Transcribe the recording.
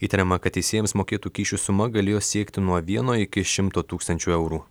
įtariama kad teisėjams mokėtų kyšių suma galėjo siekti nuo vieno iki šimto tūkstančių eurų